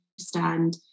understand